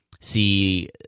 see